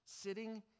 Sitting